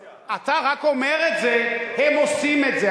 בקואליציה, אתה רק אומר את זה, הם עושים את זה.